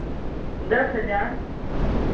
दस हज़ार